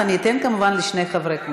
אז אני אתן כמובן לשני חברי כנסת.